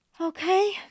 Okay